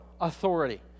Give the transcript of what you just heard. authority